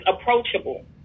approachable